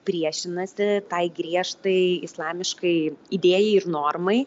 priešinasi tai griežtai islamiškai idėjai ir normai